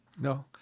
No